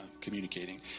communicating